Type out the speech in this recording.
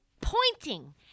pointing